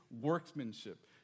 workmanship